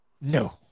No